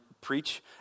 preach